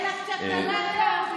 על אפך ועל חמתך.